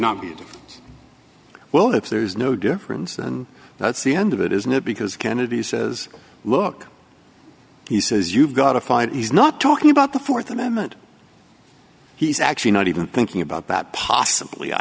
not be a well if there is no difference and that's the end of it isn't it because kennedy says look he says you've got to find he's not talking about the th amendment he's actually not even thinking about that possibly i